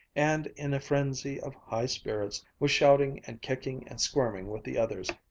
and, in a frenzy of high spirits, was shouting and kicking and squirming with the others.